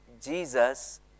Jesus